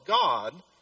God